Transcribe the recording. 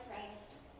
Christ